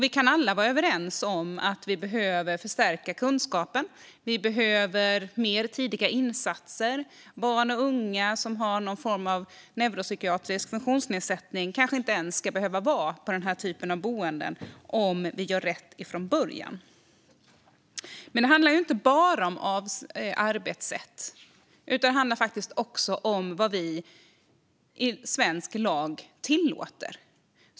Vi kan alla vara överens om att vi behöver förstärka kunskapen. Vi behöver fler tidiga insatser. Barn och unga som har någon form av neuropsykiatrisk funktionsnedsättning kanske inte ens ska behöva vara på denna typ av boenden om vi gör rätt från början. Men det handlar inte bara om arbetssätt utan också om vad vi i svensk lag tillåter.